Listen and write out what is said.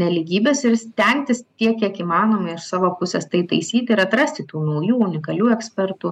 nelygybės ir stengtis tiek kiek įmanoma iš savo pusės tai taisyti ir atrasti tų naujų unikalių ekspertų